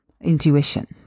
intuition